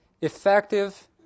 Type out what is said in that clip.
effective